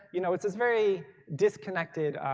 you know it's this very disconnected